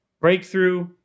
breakthrough